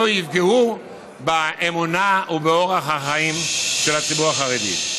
יפגעו באמונה או באורח החיים של הציבור החרדי.